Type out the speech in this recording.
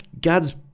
God's